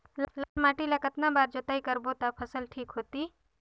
लाल माटी ला कतना बार जुताई करबो ता फसल ठीक होती?